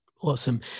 Awesome